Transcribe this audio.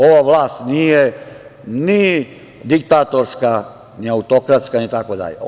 Ova vlast nije ni diktatorska, ni autokratska, ni tako dalje.